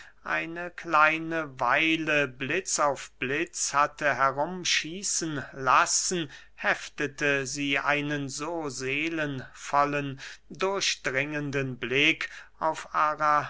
eine kleine weile blitz auf blitz hatte herum schießen lassen heftete sie einen so seelenvollen durchdringenden blick auf